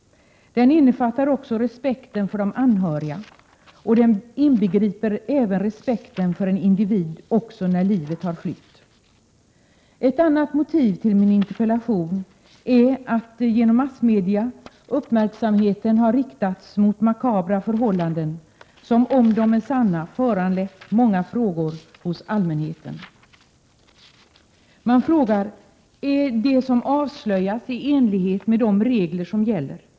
Den innefattar också respekten för de anhöriga, och den inbegriper även respekten för en individ också när livet har flytt. Ett annat motiv till min interpellation är att genom massmedia uppmärksamheten har riktats mot makabra förhållanden som, om de är sanna, föranlett många frågor hos allmänheten. Man frågar: Är det som avslöjas i enlighet med de regler som gäller?